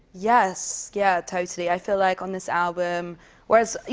yes. yeah, totally. i feel like on this album whereas, you